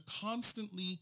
constantly